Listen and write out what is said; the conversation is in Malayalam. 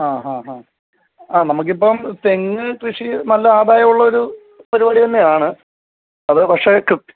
ആ ആ ആ ആ നമുക്കിപ്പം തെങ്ങ് കൃഷി നല്ല ആദായം ഉള്ള ഒരു പരിപാടി തന്നെ ആണ് അത് പക്ഷേ കൃ